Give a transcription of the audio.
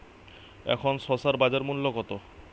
এখন শসার বাজার মূল্য কত?